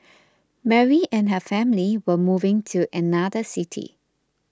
Mary and her family were moving to another city